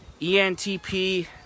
ENTP